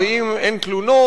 ואם אין תלונות,